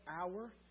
hour